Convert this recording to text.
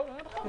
הוא לא חייב,